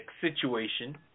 situation